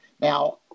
Now